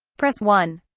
press one.